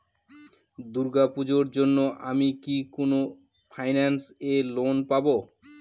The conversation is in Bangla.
দূর্গা পূজোর জন্য আমি কি কোন ফাইন্যান্স এ লোন পাবো?